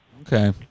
Okay